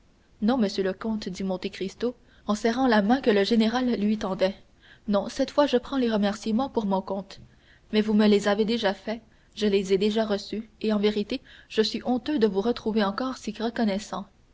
non monsieur le comte dit monte cristo en serrant la main que le général lui tendait non cette fois je prends les remerciements pour mon compte mais vous me les avez déjà faits je les ai déjà reçus et en vérité je suis honteux de vous retrouver encore si reconnaissant